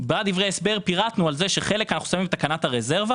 בדברי ההסבר פירטנו שחלק אנחנו שמים בתקנת הרזרבה